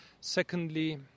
Secondly